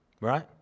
Right